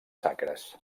sacres